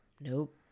Nope